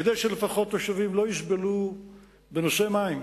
כדי שלפחות התושבים לא יסבלו בנושא מים,